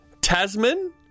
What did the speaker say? Tasman